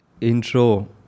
Intro